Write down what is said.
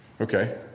Okay